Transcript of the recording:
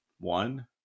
one